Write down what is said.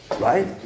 right